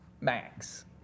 max